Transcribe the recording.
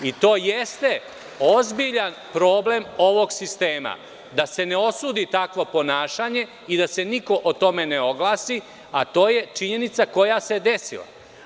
I to jeste ozbiljan problem ovog sistema – da se ne osudi takvo ponašanje i da se niko o tome ne oglasi, a to je činjenica koja se desila.